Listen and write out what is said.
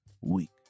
week